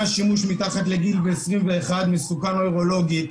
השימוש מתחת לגיל 21 מסוכן נוירולוגית.